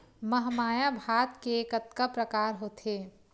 महमाया भात के कतका प्रकार होथे?